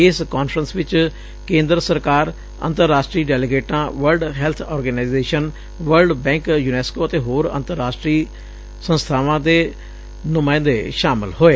ਇਸ ਕਾਨਫਰੰਸ ਚ ਕੇਂਦਰ ਸਰਕਾਰ ਅੰਤਰ ਰਾਸ਼ਟਰੀ ਡੈਲੀਗੇਟਾਂ world health organisation world bank UNESCO ਅਤੇ ਹੋਰ ਅੰਤਰ ਰਾਸ਼ਟਰੀ ਸੰਸਥਾਵਾਂ ਦੇ ਨੁਮਾਇੰਦੇ ਸ਼ਾਮਲ ਹੋਏ